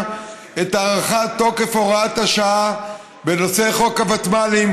את הארכת תוקף הוראת השעה בנושא חוק הוותמ"לים,